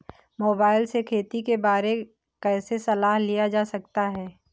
Mobile से खेती के बारे कैसे सलाह लिया जा सकता है?